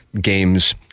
games